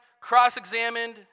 cross-examined